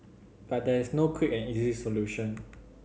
but there is no quick and easy solution